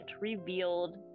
revealed